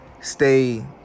stay